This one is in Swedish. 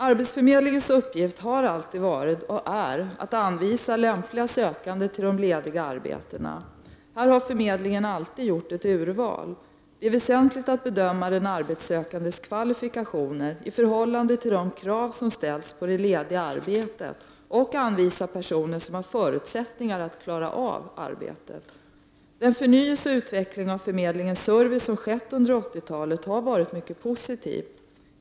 Arbetsförmedlingens uppgift har alltid varit och är att anvisa lämpliga sökande till de lediga arbetena. Härvid har förmedlingen alltid gjort ett urval. Det är väsentligt att bedöma den arbetssökandes kvalifikationer i förhållande till de krav som ställs på det lediga arbetet och anvisa personer som har förutsättningar att klara av arbetet. Den förnyelse och utveckling av förmedlingens service som skett under 1980-talet har varit mycket positiv.